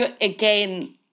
again